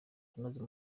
kunoza